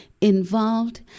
involved